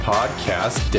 Podcast